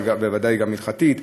אבל בוודאי גם הלכתית,